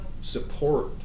support